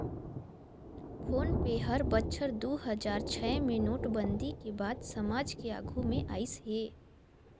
phone पे हर बछर दू हजार छै मे नोटबंदी के बाद समाज के आघू मे आइस हे